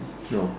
no